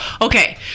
Okay